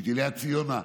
ליד ציונה,